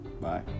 Bye